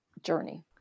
journey